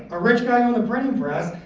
a rich guy owned the printing press,